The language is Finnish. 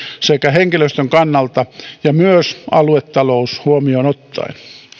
sekä henkilöstön kannalta ja myös aluetalous huomioon ottaen